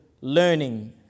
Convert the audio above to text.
learning